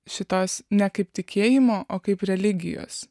šitos nekaip tikėjimo o kaip religijos